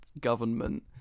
government